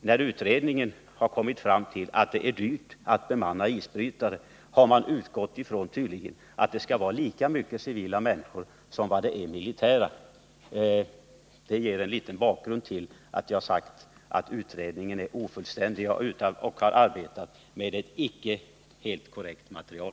När utredningen har kommit fram till att det är dyrt att bemanna isbrytare, har den tydligen utgått från att det skall vara lika många civila personer som i det militära. Detta ger bl.a. en del av bakgrunden till vårt uttalande att utredningen är ofullständig och att den har arbetat med ett icke helt korrekt material.